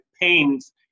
pains